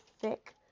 thick